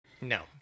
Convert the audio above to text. No